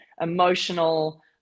emotional